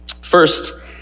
First